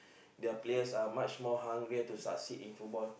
their players are much more hungrier to succeeded in football